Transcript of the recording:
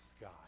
God